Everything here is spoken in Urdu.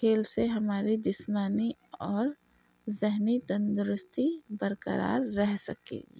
کھیل سے ہمارے جسمانی اور ذہنی تندرستی برقرار رہ سکے گی